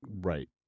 Right